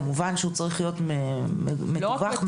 כמובן שהוא צריך להיות מדווח ומגובה.